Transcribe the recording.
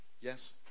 Yes